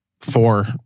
four